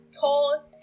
tall